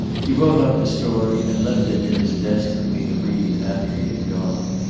he wrote out the story and left it in his desk for me to read after he had gone,